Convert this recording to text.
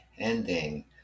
ending